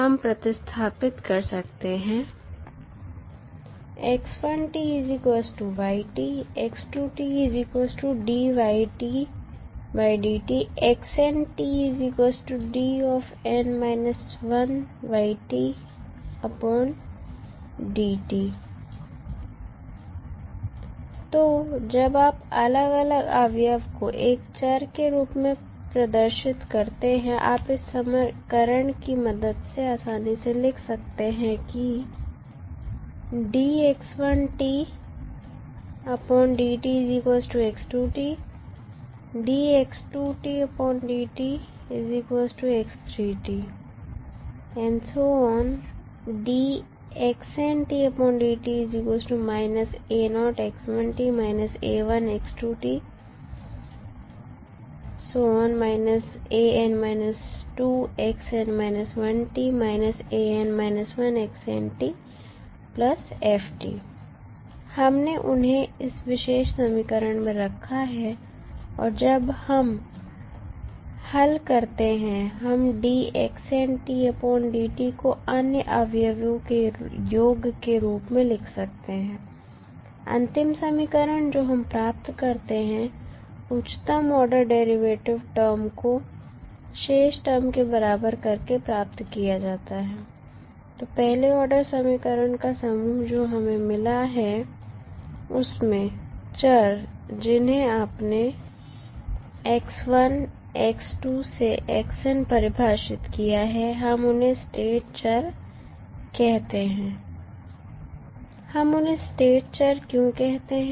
हम प्रतिस्थापित कर सकते हैं तो जब आप अलग अलग अवयव को 1 चर के रूप में प्रदर्शित करते हैं आप इस समीकरण की मदद से आसानी से लिख सकते हैं कि हमने उन्हें इस विशेष समीकरण में रखा है और जब हम हल करते हैं हम को अन्य अवयवों के योग के रूप में लिख सकते हैं अंतिम समीकरण जो हम प्राप्त करते हैं उच्चतम ऑर्डर डेरिवेटिव टर्म को शेष टर्म के बराबर करके प्राप्त किया जाता है तो पहले आर्डर समीकरण का समूह जो हमें मिला है उसमें चर जिन्हें आपने x1 x2 से xn परिभाषित किया है हम उन्हें स्टेट चर कहते हैं हम उन्हें स्टेट चर क्यों कहते हैं